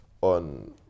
on